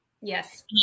Yes